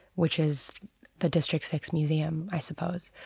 which is the district six museum, i suppose.